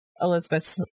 Elizabeth